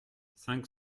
cinq